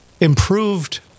improved